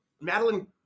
Madeline